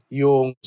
yung